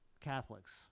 Catholics